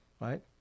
right